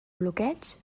bloqueig